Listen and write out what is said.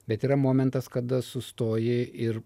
bet yra momentas kada sustoji ir